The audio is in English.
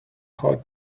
hot